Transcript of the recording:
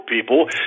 people